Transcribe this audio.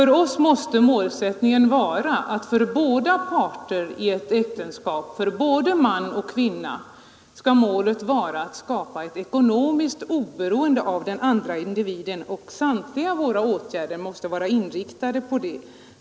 Målsättningen måste vara att för båda parter i ett äktenskap, både man och kvinna, skapa ett ekonomiskt oberoende av den andra individen. Samtliga våra åtgärder måste vara inriktade på det.